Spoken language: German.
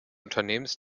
unternehmens